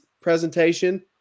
presentation